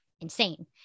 insane